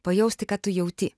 pajausti ką tu jauti